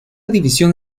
división